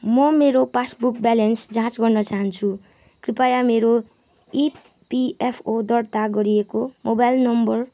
म मेरो passbook balance जाँच गर्न चाहन्छु कृपया मेरो इपिएफओ दर्ता गरिएको मोबाइल नम्बर